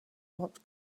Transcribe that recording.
what